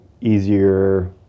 easier